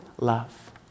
love